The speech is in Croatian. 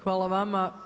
Hvala vama.